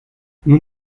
nous